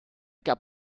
gab